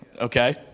Okay